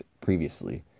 previously